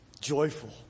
joyful